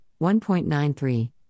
1.93